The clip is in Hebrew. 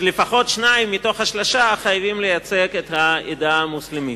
לפחות שניים מהשלושה חייבים לייצג את העדה המוסלמית.